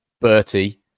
Bertie